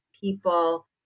people